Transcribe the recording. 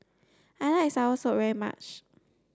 I like Soursop very much